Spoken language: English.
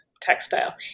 textile